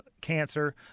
cancer